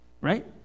right